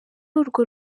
urwo